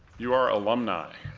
you are alumni.